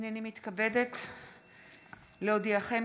הינני מתכבדת להודיעכם,